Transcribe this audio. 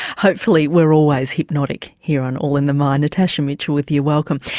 hopefully we're always hypnotic here on all in the mind natasha mitchell with you, welcome.